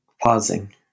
pausing